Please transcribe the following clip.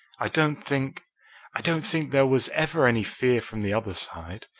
i don't think i don't think there was ever any fear from the other side.